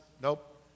nope